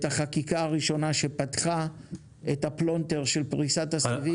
החקיקה הראשונה שפתחה את הפלונטר את פריסת הסיבים.